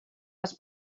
les